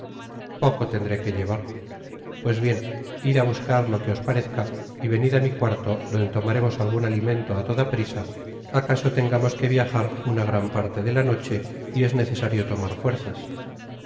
poco tendré que ltevar pues bien id á buscar lo que os parezca y venid á mi cuarto donde lo maremos algun alimento á toda prisa acaso tengamos que viajar una gran parte de la noche y es necesario tomar fuerzas